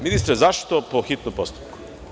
Ministre, zašto po hitnom postupku?